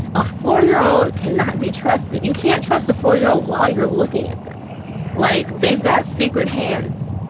a four year old cannot be trusted. you can't trust a four year old while you're looking at them like they've got secret hands.